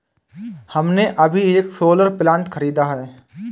हमने अभी एक सोलर प्लांट खरीदा है